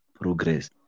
progress